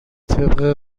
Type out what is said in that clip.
طبق